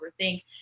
overthink